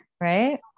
right